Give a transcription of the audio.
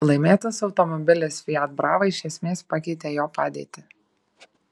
laimėtas automobilis fiat brava iš esmės pakeitė jo padėtį